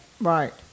Right